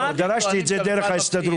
דרשתי את זה דרך ההסתדרות,